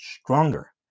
stronger